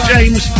James